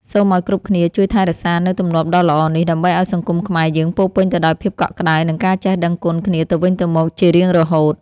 សូមឱ្យគ្រប់គ្នាជួយថែរក្សានូវទម្លាប់ដ៏ល្អនេះ ដើម្បីឱ្យសង្គមខ្មែរយើងពោពេញទៅដោយភាពកក់ក្តៅ និងការចេះដឹងគុណគ្នាទៅវិញទៅមកជារៀងរហូត។